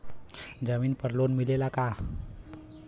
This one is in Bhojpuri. जमीन पर लोन मिलेला का?